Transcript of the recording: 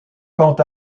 quant